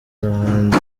bahanzi